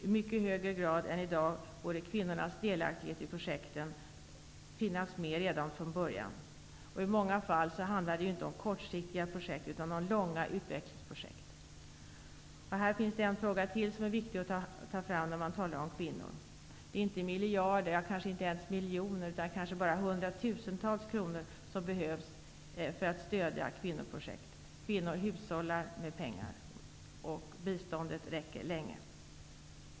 I mycket högre grad än vad som sker i dag borde kvinnornas delaktighet i projekten finnas med redan från början. I många fall handlar det inte om kortsiktiga projekt utan om långa utvecklingsprojekt. Här finns det en synpunkt till som är viktig att föra fram när man talar om kvinnor. Det är inte miljarder, inte ens miljoner, utan kanske bara hundratusentals kronor som behövs för att stödja kvinnoprojekt. Kvinnor hushållar med pengar, och biståndet räcker länge.